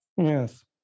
Yes